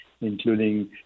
including